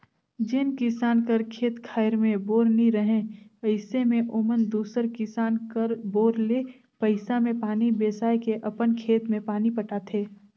जेन किसान कर खेत खाएर मे बोर नी रहें अइसे मे ओमन दूसर किसान कर बोर ले पइसा मे पानी बेसाए के अपन खेत मे पानी पटाथे